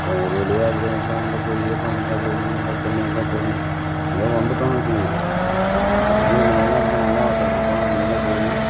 அப்புறம் ஒரு வழியாக அப்படியும் இப்படியும் அங்க போய் அப்புறம் இங்கே போய் அதை பண்ணி இதை பண்ணி எதோ வந்துட்டோம்னு வச்சிக்கொங்க இருந்தாலும் இந்த மாதிரிலாம் இருந்தால் நல்லாவா சார் இருக்கும் நீங்களே சொல்லுங்கள்